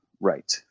right